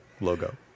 logo